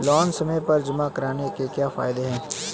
Loan समय पर जमा कराने के क्या फायदे हैं?